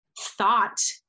thought